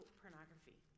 pornography